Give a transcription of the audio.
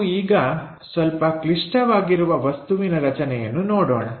ನಾವು ಈಗ ಸ್ವಲ್ಪ ಕ್ಲಿಷ್ಟವಾಗಿರುವ ವಸ್ತುವಿನ ರಚನೆಯನ್ನು ನೋಡೋಣ